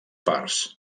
parts